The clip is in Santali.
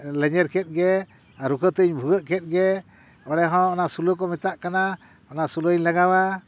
ᱞᱮᱸᱡᱮᱨ ᱠᱮᱫ ᱜᱮ ᱟᱨ ᱨᱩᱠᱟᱹᱛᱮᱧ ᱵᱷᱩᱜᱟᱹᱜ ᱠᱮᱫ ᱜᱮ ᱚᱸᱰᱮ ᱦᱚᱸ ᱚᱱᱟ ᱥᱩᱞᱟᱹ ᱠᱚ ᱢᱮᱛᱟᱜ ᱠᱟᱱᱟ ᱚᱱᱟ ᱥᱩᱞᱟᱹᱧ ᱞᱟᱜᱟᱣᱟ